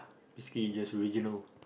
basically just regionally